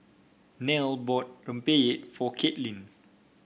Nelle bought rempeyek for Kaitlin